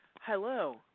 Hello